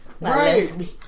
Right